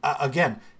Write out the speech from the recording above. Again